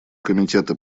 комитета